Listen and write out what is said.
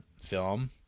film